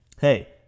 Hey